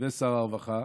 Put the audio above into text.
ושר הרווחה,